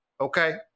okay